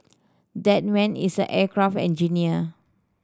that man is an aircraft engineer